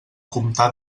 comptar